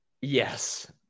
yes